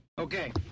Okay